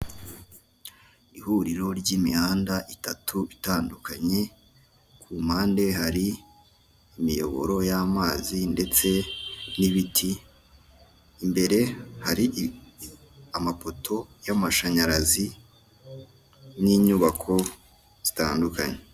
Ihuriro ry'imihanda itatu itandukanye ku mpande hari imiyoboro y'amazi ndetse n'ibiti imbere hari amapoto y'amashanyarazi n'inyubako zitandukanye.